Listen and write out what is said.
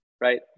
right